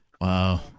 Wow